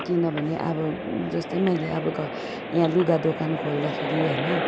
किनभने अब जस्तै मैले अब यहाँ लुगा दोकान खोल्दाखेरि होइन